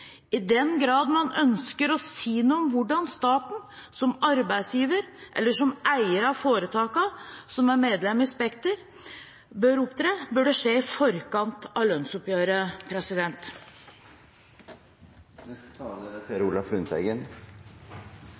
I den grad man ønsker å si noe om hvordan staten som arbeidsgiver eller som eier av foretakene, som er medlem i Spekter, bør opptre, bør det skje i forkant av lønnsoppgjøret.